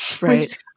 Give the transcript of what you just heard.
Right